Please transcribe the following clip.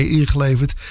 ingeleverd